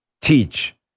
teach